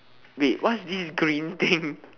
wait what's this green thing